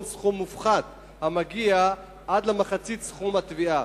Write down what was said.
סכום מופחת המגיע עד למחצית סכום התביעה,